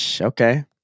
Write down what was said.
Okay